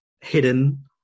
hidden